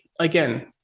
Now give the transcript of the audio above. again